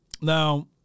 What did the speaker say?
Now